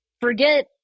forget